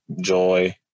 joy